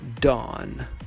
dawn